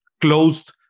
closed